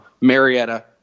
Marietta